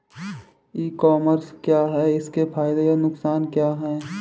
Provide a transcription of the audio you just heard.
ई commerce क्या है इसके फायदे और नुकसान क्या है?